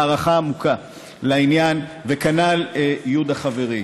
הערכה עמוקה על העניין, וכנ"ל ליהודה חברי.